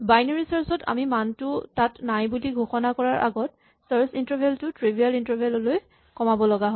binary search ত আমি মানটো তাত নাই বুলি ঘোষণা কৰাৰ আগত চাৰ্ছ ইন্টাৰভেল টো ট্ৰিভিয়েল ইন্টাৰভেল লৈ কমাব লগা হয়